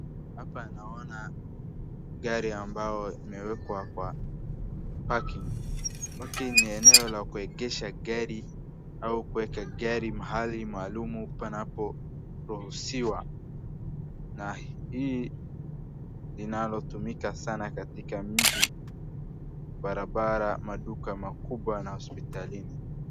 Hapa naona gari ambao imewekwa kwa parking . Parking ni eneo la kuegesha gari au kuweka gari mahali maalum panaporuhusiwa na hii linalotumika sana katika mji, barabara, maduka makubwa na hospitalini.